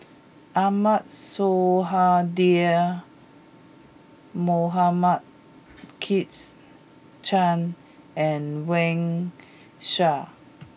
Ahmad Sonhadji Mohamad Kit Chan and Wang Sha